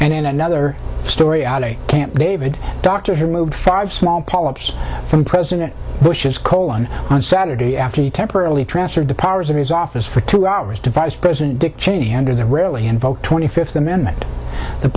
and in another story out of camp david doctors removed five small polyps from president bush's colon on saturday after he temporarily transferred the powers of his office for two hours to vice president dick cheney under the rarely invoked twenty fifth amendment the